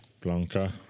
Blanca